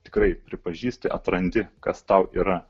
tikrai pripažįsti atrandi kas tau yra